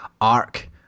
arc